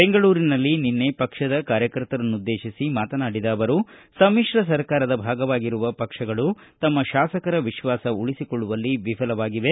ಬೆಂಗಳೂರಿನಲ್ಲಿ ನಿನ್ನೆ ಪಕ್ಷದ ಕಾರ್ಯಕರ್ತರನ್ನುದ್ದೇಶಿಸಿ ಮಾತನಾಡಿದ ಅವರು ಸಮಿತ್ರ ಸರ್ಕಾರದ ಭಾಗವಾಗಿರುವ ಪಕ್ಷಗಳು ತಮ್ನ ಶಾಸಕರ ವಿಶ್ವಾಸ ಉಳಿಸಿಕೊಳ್ಳುವಲ್ಲಿ ವಿಫಲವಾಗಿವೆ